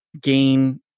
gain